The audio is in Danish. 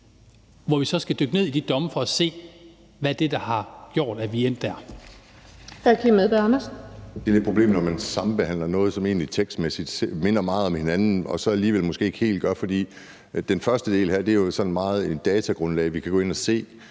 Og vi skal så dykke ned i de domme for at se, hvad det er, der har gjort, at de er endt der.